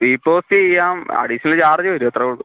speed post ചെയ്യാം additional charge വരും അത്രേ ഉള്ളു